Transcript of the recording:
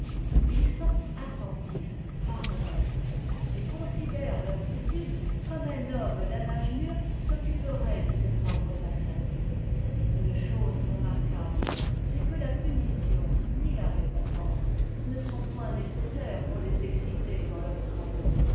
ils sont attentifs par eux-mêmes et considèrent leurs études comme un homme d'un âge mûr s'occuperait de ses propres affaires une chose remarquable c'est oue ni la punition ni la récompense ne sont nécessaires pour les exciter dans leurs travaux